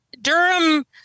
Durham